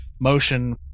motion